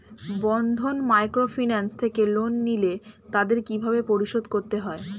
বন্ধন microfinance থেকে loan নিলে তাদের কিভাবে পরিশোধ করতে হয়?